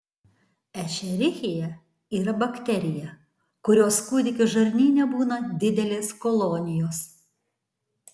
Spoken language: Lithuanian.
ešerichija yra bakterija kurios kūdikių žarnyne būna didelės kolonijos